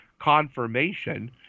confirmation